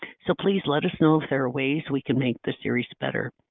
so, please, let us know if there are ways we can make the series better.